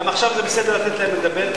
וגם עכשיו זה בסדר לתת להם לדבר,